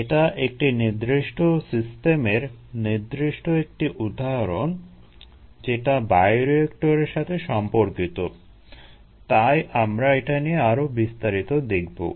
এটা একটি নির্দিষ্ট সিস্টেমের নির্দিষ্ট একটি উদাহরণ যেটা বায়োরিয়েক্টরের সাথে সম্পর্কিত তাই আমরা এটা নিয়ে আরো বিস্তারিত দেখবো